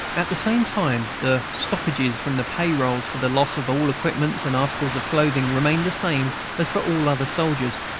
at the same time the stoppages from the pay-rolls for the loss of all equipments and articles of clothing remained the same as for all other soldiers,